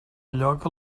lloc